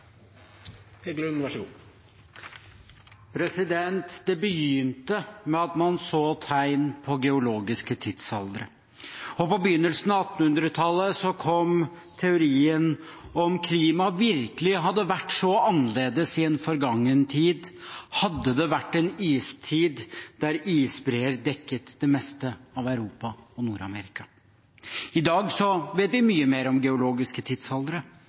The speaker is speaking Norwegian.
Det begynte med at man så tegn på geologiske tidsaldre. På begynnelsen av 1800-tallet kom nye teorier og med dem spørsmålet om hvorvidt klimaet virkelig hadde vært så annerledes i en forgangen tid – hadde det vært en istid der isbreer dekket det meste av Europa og Nord-Amerika? I dag vet vi mye mer om geologiske tidsaldre,